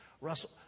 Russell